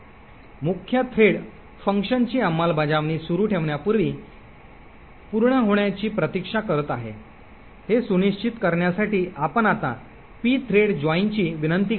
मुख्य thread func ची अंमलबजावणी सुरू ठेवण्यापूर्वी पूर्ण होण्याची प्रतीक्षा करत आहे हे सुनिश्चित करण्यासाठी आपण आता pthread join ची विनंती करतो